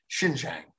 Xinjiang